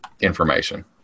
information